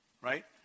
right